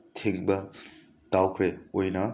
ꯊꯤꯡꯕ ꯇꯧꯈ꯭ꯔꯦ ꯑꯣꯏꯅ